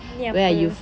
ni apa